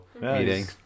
meeting